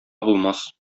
булмас